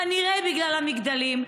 כנראה בגלל המגדלים,